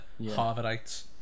Harvardites